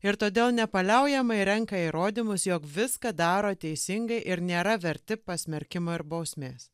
ir todėl nepaliaujamai renka įrodymus jog viską daro teisingai ir nėra verti pasmerkimo ir bausmės